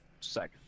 second